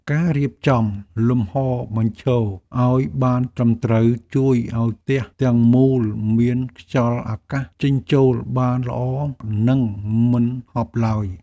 ការរៀបចំលំហរបញ្ឈរឱ្យបានត្រឹមត្រូវជួយឱ្យផ្ទះទាំងមូលមានខ្យល់អាកាសចេញចូលបានល្អនិងមិនហប់ឡើយ។